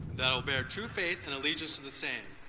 that i will bear true faith and allegiance to the same